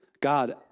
God